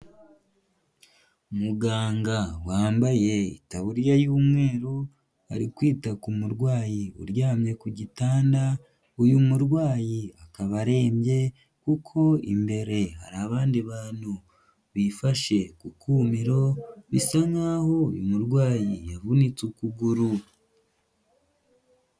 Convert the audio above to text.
Muganga wambaye itaburiya y'umweru ari kwita ku murwayi uryamye ku gitanda, uyu murwayi akaba arembye kuko imbere hari abandi bantu bifashe ku kumiro, bisa nk'aho uyu murwayi yavunitse ukuguru.